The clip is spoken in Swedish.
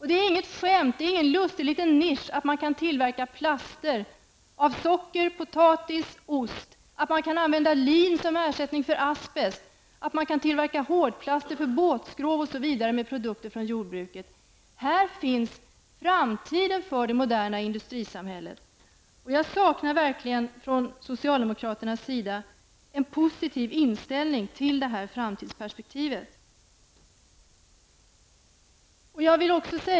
Det är inget skämt, det är ingen lustig liten nisch att man kan tillverka plaster av socker, potatis och ost, att man kan använda lin som ersättning för asbest, att man kan tillverka hårdplaster för båtskrov osv. med produkter från jordbruket. Här finns framtiden för det moderna industrisamhället. Jag saknar verkligen hos socialdemokraterna en positiv inställning till detta framtidsperspektiv.